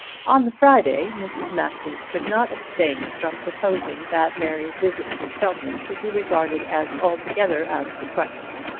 on the friday mrs. masters could not abstain from proposing that mary's visit to cheltenham should be regarded as altogether out of the question.